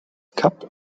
kap